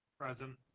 present.